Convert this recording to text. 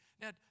Now